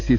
CS